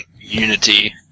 Unity